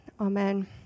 Amen